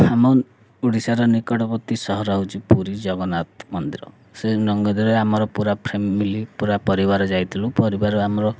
ଆମ ଓଡ଼ିଶାର ନିକଟବର୍ତ୍ତୀ ସହର ହଉଛି ପୁରୀ ଜଗନ୍ନାଥ ମନ୍ଦିର ସେ ନଙ୍ଗଦରେ ଆମର ପୁରା ଫ୍ୟାମିଲି ପୁରା ପରିବାର ଯାଇଥିଲୁ ପରିବାର ଆମର